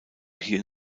hier